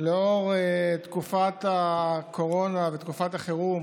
לאור תקופת הקורונה ותקופת החירום